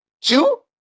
Two